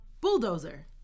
Bulldozer